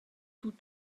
tout